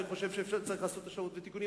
אני חושב שצריך לעשות תיקונים,